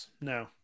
No